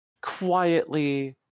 quietly